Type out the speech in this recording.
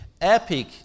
Epic